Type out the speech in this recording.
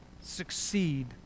succeed